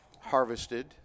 harvested